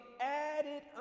added